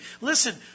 Listen